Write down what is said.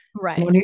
right